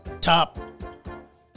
top